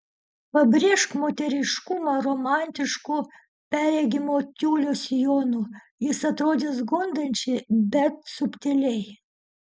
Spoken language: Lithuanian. pabrėžk moteriškumą romantišku perregimo tiulio sijonu jis atrodys gundančiai bet subtiliai